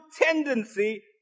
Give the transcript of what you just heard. tendency